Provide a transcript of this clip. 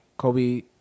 Kobe